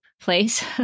place